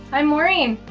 i'm maureen!